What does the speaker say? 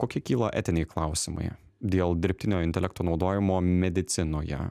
kokie kyla etiniai klausimai dėl dirbtinio intelekto naudojimo medicinoje